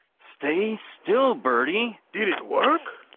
stay still birdy did it work.